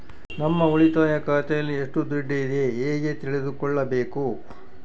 ನಮ್ಮ ಉಳಿತಾಯ ಖಾತೆಯಲ್ಲಿ ಎಷ್ಟು ದುಡ್ಡು ಇದೆ ಹೇಗೆ ತಿಳಿದುಕೊಳ್ಳಬೇಕು?